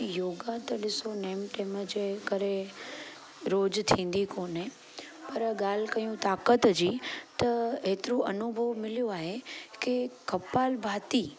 योगा त ॾिसो नेम टेम जे करे रोज़ु थींदी कोन्हे पर ॻाल्हि कयूं ताक़त जी त एतिरो अनुभव मिलियो आहे कि कपालभाती